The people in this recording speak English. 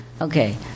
Okay